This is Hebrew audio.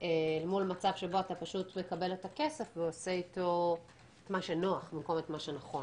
אל מול מצב שבו אתה מקבל את הכסף ועושה איתו מה שנוח במקום את מה שנכון.